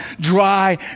Dry